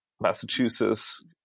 Massachusetts